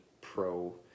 pro